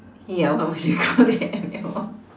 ya what would you call the animal